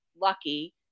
lucky